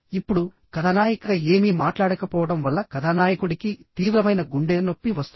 ఇప్పుడు కథానాయిక ఏమీ మాట్లాడకపోవడం వల్ల కథానాయకుడికి తీవ్రమైన గుండె నొప్పి వస్తుంది